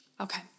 Okay